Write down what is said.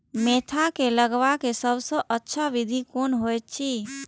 Mentha के लगवाक सबसँ अच्छा विधि कोन होयत अछि?